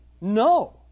No